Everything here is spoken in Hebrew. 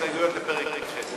ההסתייגויות לפרק ח'.